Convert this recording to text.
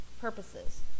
purposes